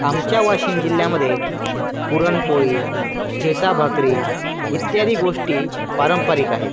आमच्या वाशिम जिल्ह्यामधे पुरणपोळी ठेसा भाकरी इत्यादी गोष्टी पारंपरिक आहेत